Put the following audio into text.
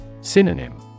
Synonym